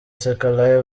seka